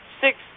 six